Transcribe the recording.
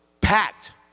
packed